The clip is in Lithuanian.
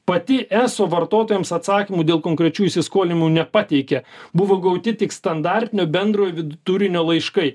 pati eso vartotojams atsakymų dėl konkrečių įsiskolinimų nepateikė buvo gauti tik standartinio bendrojo vid turinio laiškai